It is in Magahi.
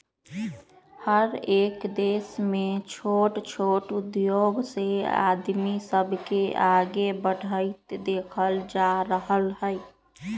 हरएक देश में छोट छोट उद्धोग से आदमी सब के आगे बढ़ईत देखल जा रहल हई